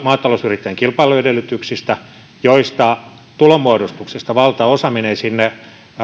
maatalousyrittäjien kilpailuedellytyksistä kun tulonmuodostuksesta valtaosa menee sinne